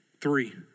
Three